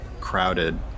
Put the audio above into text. crowded